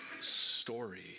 Story